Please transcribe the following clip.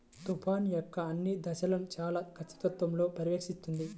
తుఫాను యొక్క అన్ని దశలను చాలా ఖచ్చితత్వంతో పర్యవేక్షిస్తుంది